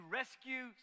rescue